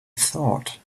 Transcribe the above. thought